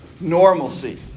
normalcy